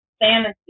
fantasy